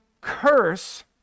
curse